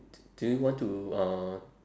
do you want to uh